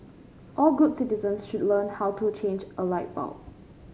all good citizens should learn how to change a light bulb